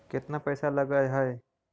केतना पैसा लगय है?